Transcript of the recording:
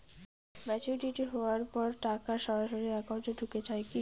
Maturity হওয়ার পর টাকা সরাসরি একাউন্ট এ ঢুকে য়ায় কি?